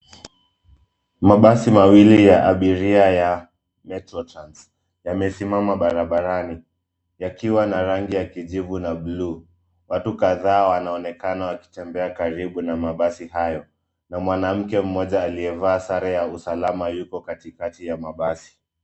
Mabasi mawili ya abiria ya Metro Trans yamesimama barabarani yakiwa na rangi ya kijivu na blue . Watu kadhaa wanaonekana wakitembea karibu na mabasi hayo na mwanamke mmoja aliyevaa sare ya usalama yuko katikati ya mabasi.